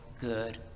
good